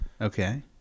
Okay